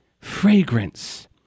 fragrance